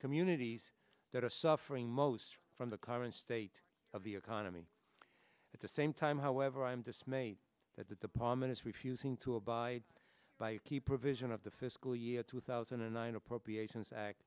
communities that are suffering most from the current state of the economy at the same time however i am dismayed that the department is refusing to abide by key provision of the fiscal year two thousand and nine appropriations act